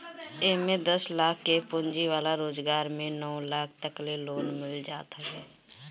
एमे दस लाख के पूंजी वाला रोजगार में नौ लाख तकले लोन मिल जात हवे